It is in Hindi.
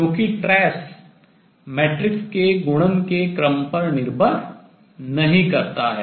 क्योंकि trace अनुरेख मैट्रिक्स के गुणन के क्रम पर निर्भर नहीं करता है